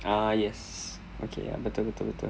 ah yes okay ya betul betul betul